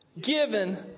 given